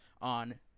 on